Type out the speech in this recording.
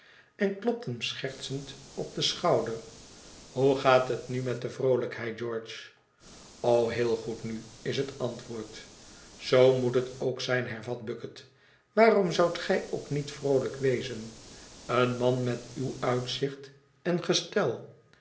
en klopt hem schertsend op den schouder hoe gaat het nu met de vroolijkheid george o heel goed nu is het antwoord zoo moet het ook zijn hervat bucket waarom zoudt gij ook niet vroolijk wezen een man met uw uitzicht en gestel